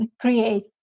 create